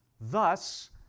Thus